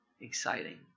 exciting